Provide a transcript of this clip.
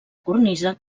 cornisa